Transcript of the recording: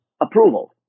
approval